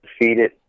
defeated